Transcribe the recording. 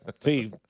See